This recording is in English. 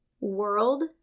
World